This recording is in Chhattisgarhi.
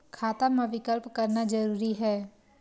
खाता मा विकल्प करना जरूरी है?